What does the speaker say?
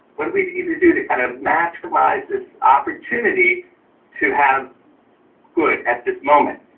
what do we need to do to kind of maximize this opportunity to have good at this moment?